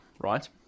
right